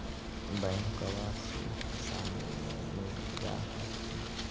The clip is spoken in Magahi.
बैंकबा से आसानी मे मिल जा हखिन?